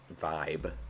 vibe